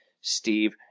Steve